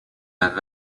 oled